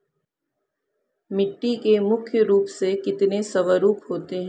मिट्टी के मुख्य रूप से कितने स्वरूप होते हैं?